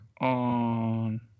on